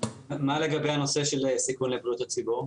מה לגבי הנושא של סיכון לבריאות הציבור?